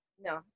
no